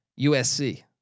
USC